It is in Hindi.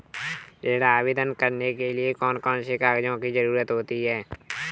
ऋण आवेदन करने के लिए कौन कौन से कागजों की जरूरत होती है?